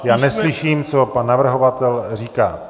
Já neslyším, co pan navrhovatel říká.